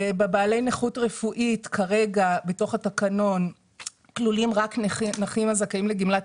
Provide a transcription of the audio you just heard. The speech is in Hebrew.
בבעלי נכות רפואית כרגע בתוך התקנון כלולים רק נכים הזכאים לגמלת